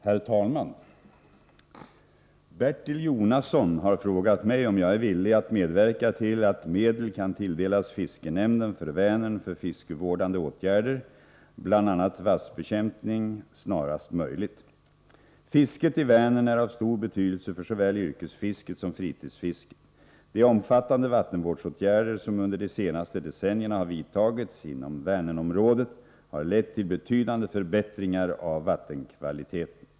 Herr talman! Bertil Jonasson har frågat mig om jag är villig att medverka till att medel kan tilldelas fiskenämnden för Vänern för fiskevårdande åtgärder, bl.a. vassbekämpning, snarast möjligt. Fisket i Vänern är av stor betydelse för såväl yrkesfisket som fritidsfisket. De omfattande vattenvårdsåtgärder som under de senaste decennierna har vidtagits inom Vänerområdet har lett till betydande förbättringar av vattenkvaliteten.